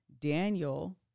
Daniel